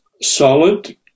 solid